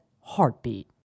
heartbeat